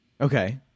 Okay